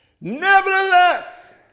Nevertheless